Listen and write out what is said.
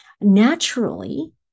naturally